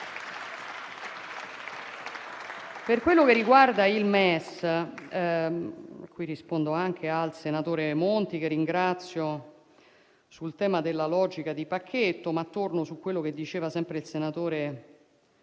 Per quello che riguarda il MES, così rispondo anche al senatore Monti, che ringrazio, sul tema della logica di pacchetto, torno su quello che diceva sempre il senatore Misiani: